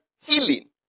healing